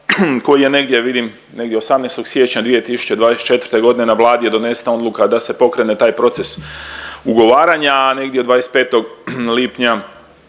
koji je negdje vidim, negdje 18. siječnja 2024.g. na Vladi je donesena odluka da se pokrene taj proces ugovaranja, a negdje 25. lipnja